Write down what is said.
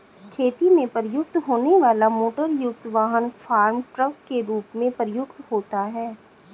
खेती में प्रयुक्त होने वाला मोटरयुक्त वाहन फार्म ट्रक के रूप में प्रयुक्त होता है